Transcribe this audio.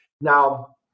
Now